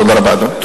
תודה רבה, אדוני.